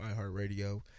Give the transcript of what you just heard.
iHeartRadio